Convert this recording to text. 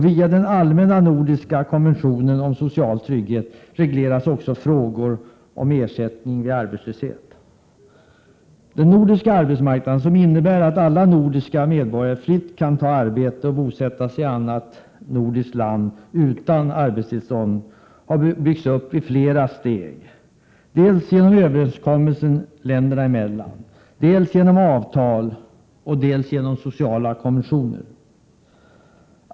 Via den allmänna nordiska konventionen om social trygghet regleras också frågor om ersättning vid arbetslöshet. Den nordiska arbetsmarknaden — som innebär att alla nordiska medborgare fritt kan ta arbete och bosätta sig i annat nordiskt land utan arbetstillstånd — har byggts upp i flera steg: dels genom överenskommelser länderna emellan, dels genom avtal och dels genom sociala konventioner.